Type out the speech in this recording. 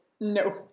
no